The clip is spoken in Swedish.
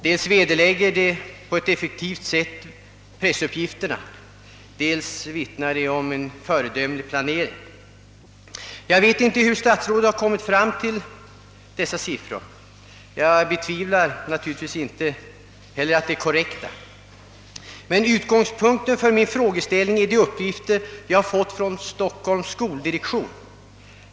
Dels vederlägger de på ett effektivt sätt pressuppgifterna, dels vittnar de om en föredömlig planering. Jag vet inte hur statsrådet har kommit fram till dessa siffror, men jag betvivlar naturligtvis inte att de är korrekta. Utgångspunkten för min frågeställning är emellertid de uppgifter jag fått från Stockholms skoldirektion.